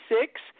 six